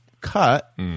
cut